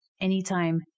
anytime